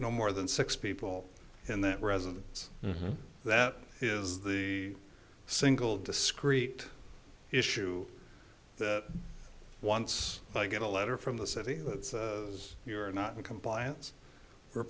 no more than six people in that residence that is the single discreet issue that once i get a letter from the city says you're not in compliance we're